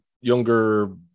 younger